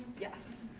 yes.